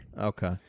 okay